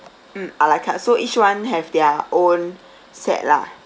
mm ala carte so each one have their own set lah